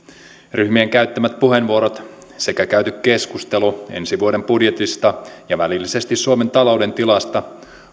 ryhmien käyttämät puheenvuorot sekä käyty keskustelu ensi vuoden budjetista ja välillisesti suomen talouden tilasta